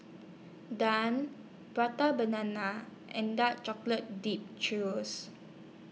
Prata Banana and Dark Chocolate Dipped